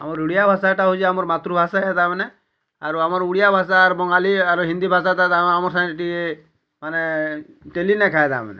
ଆମର୍ ଓଡ଼ିଆ ଭାଷାଟା ହଉଛି ଆମର୍ ମାତୃଭାଷା ହେ ତାମାନେ ଆରୁ ଆମର୍ ଓଡ଼ିଆ ଭାଷା ଆର୍ ବଙ୍ଗାଲି ଆର୍ ହିନ୍ଦୀ ଭାଷା ତା ଆମର୍ ସାଙ୍ଗେ ଟିକେ ମାନେ ଡ଼େଲି ଲେଖାଁ ତାମାନେ